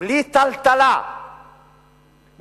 בלי טלטלה מתוקצבת